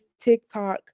TikTok